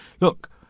look